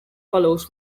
follows